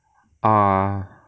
ah